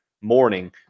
morning